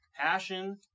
Passion